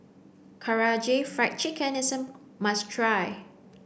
Karaage Fried Chicken is a must try